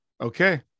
okay